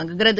தொடங்குகிறது